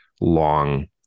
long